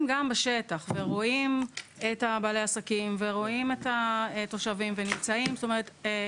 גם בשטח ורואים את בעלי העסקים ורואים את התושבים ונמצאים במקום.